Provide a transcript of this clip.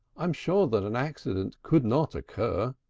i'm sure that an accident could not occur.